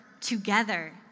together